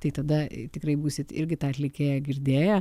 tai tada tikrai būsit irgi tą atlikėją girdėję